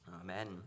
Amen